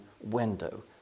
window